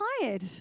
tired